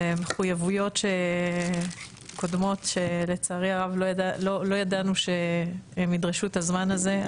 ומחויבויות קודמות שלצערי הרב לא ידענו שהם ידרשו את הזמן הזה.